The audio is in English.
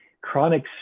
chronic